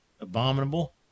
abominable